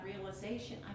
realization